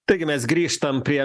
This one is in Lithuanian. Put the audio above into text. taigi mes grįžtam prie